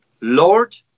lord